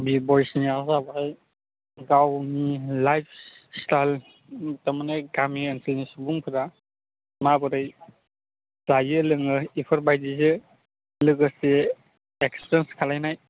बि बयस ना जाबाय गावनि लाइफ स्टाइल थारमाने गामि ओनसोलनि सुबुंफ्रा माबोरै जायो लोङो इफोरबायदिजो लोगोसे एक्सपेरियेन्स खालायनाय